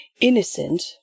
innocent